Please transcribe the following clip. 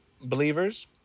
believers